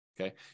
okay